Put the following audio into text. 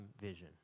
vision